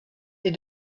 des